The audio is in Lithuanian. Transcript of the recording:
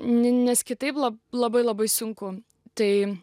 nu nes kitaip la labai labai sunku tai